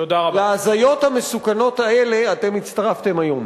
ולהזיות המסוכנות האלה אתם הצטרפתם היום.